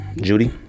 Judy